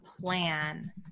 plan